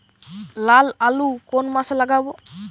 লাল আলু কোন মাসে লাগাব?